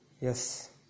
Yes